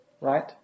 Right